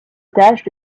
tâche